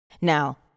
Now